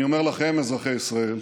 אני אומר לכם אזרחי ישראל: